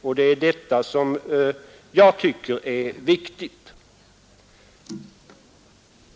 Och det är detta jag tycker är viktigt.